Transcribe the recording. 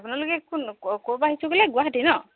আপোনালোকে কোন ক'ৰপৰা আহিছোঁ বুলি ক'লে গুৱাহাটী ন